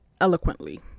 eloquently